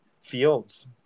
Fields